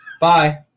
Bye